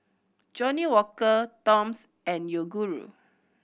Johnnie Walker Toms and Yoguru